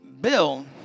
Bill